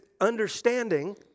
understanding